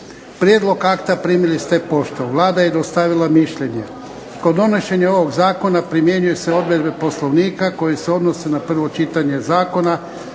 Prijedlog akta primili ste poštom. Vlada je dostavila mišljenje. Kod donošenja ovog zakona primjenjuju se odredbe Poslovnika koje se odnose na prvo čitanje zakona,